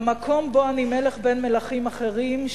במקום בו אני מלך בין מלכים אחרים,